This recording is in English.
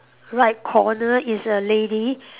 right corner is a lady